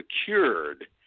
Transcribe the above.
secured